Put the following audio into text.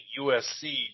USC